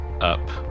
up